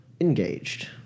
engaged